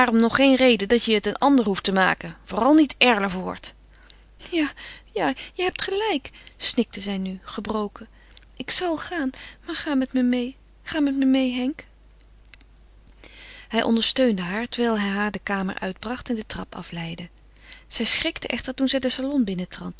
nog geen reden dat je het een ander hoeft te maken vooral niet erlevoort ja ja je hebt gelijk snikte zij nu gebroken ik zal gaan maar ga met me meê ga met me meê henk hij ondersteunde haar terwijl hij haar de kamer uitbracht en de trap afleidde zij schrikte echter toen zij den salon